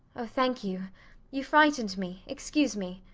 oh, thank you you frightened me. excuse me.